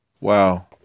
Wow